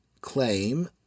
claim